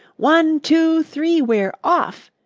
one, two, three, we're off,